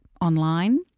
online